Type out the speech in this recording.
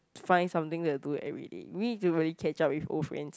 find something that to do everyday we need to really catch up with old friends